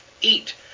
eat